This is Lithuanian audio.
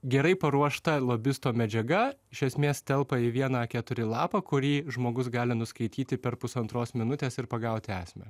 gerai paruošta lobisto medžiaga iš esmės telpa į vieną a keturi lapą kurį žmogus gali nuskaityti per pusantros minutės ir pagauti esmę